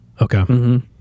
Okay